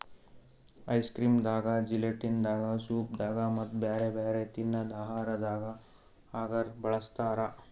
ice cream ದಾಗಾ gelatin ದಾಗಾ soup ದಾಗಾ ಮತ್ತ್ ಬ್ಯಾರೆ ಬ್ಯಾರೆ ತಿನ್ನದ್ ಆಹಾರದಾಗ ಅಗರ್ ಬಳಸ್ತಾರಾ